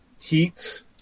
Heat